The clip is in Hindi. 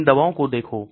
इन दवाओं को देखो